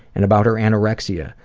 and about her anorexia,